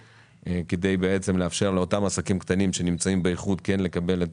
כדי לאפשר לאותם עסקים קטנים שנמצאים באיחוד כן לקבל את